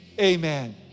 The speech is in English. Amen